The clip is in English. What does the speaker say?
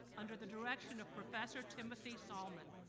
under the direction of professor timothy salzman.